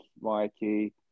Mikey